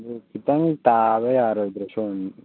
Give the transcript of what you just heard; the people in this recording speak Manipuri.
ꯑꯗꯣ ꯈꯤꯇꯪ ꯇꯥꯕ ꯌꯥꯔꯣꯏꯗ꯭ꯔꯣ ꯁꯣꯝ